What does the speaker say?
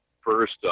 first